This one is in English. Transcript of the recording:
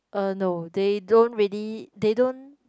uh no they don't really they don't